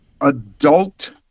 adult